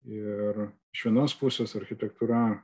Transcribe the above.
ir iš vienos pusės architektūra